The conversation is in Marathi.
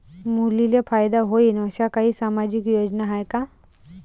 मुलींले फायदा होईन अशा काही सामाजिक योजना हाय का?